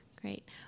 great